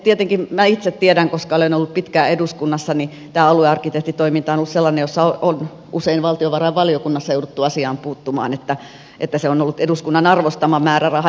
tietenkin minä itse tiedän koska olen ollut pitkään eduskunnassa että tämä aluearkkitehtitoiminta on ollut sellainen että on usein valtiovarainvaliokunnassa jouduttu asiaan puuttumaan että se on ollut eduskunnan arvostama määräraha